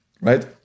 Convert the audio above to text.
right